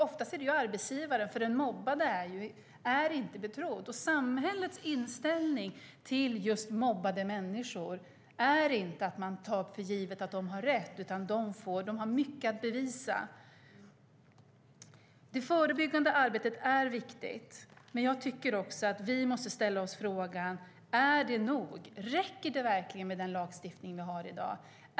Oftast är det arbetsgivaren, för den mobbade är inte betrodd. Samhällets inställning till mobbade människor är inte att man tar för givet att de har rätt, utan de har mycket att bevisa. Det förebyggande arbetet är viktigt, men jag tycker också att vi måste ställa oss frågorna: Är det nog? Räcker det verkligen med den lagstiftning vi har i dag?